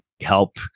help